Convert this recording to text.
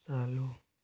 चालू